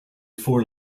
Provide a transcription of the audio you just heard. four